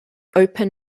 open